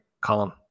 Column